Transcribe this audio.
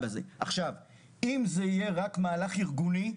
אם זה יהיה רק מהלך ארגוני,